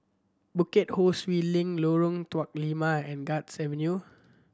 Bukit Ho Swee Link Lorong Tuk Lima and Guards Avenue